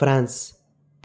France